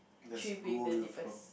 the school you are floor